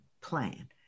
plan